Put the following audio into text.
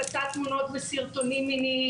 הפצת תמונות וסרטונים מיניים,